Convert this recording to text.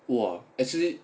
!wah! actually